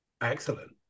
Excellent